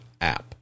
app